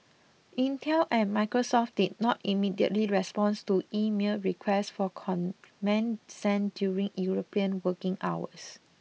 Intel and Microsoft did not immediately respond to emailed requests for comment sent during European working hours